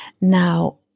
Now